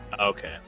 Okay